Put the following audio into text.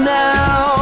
now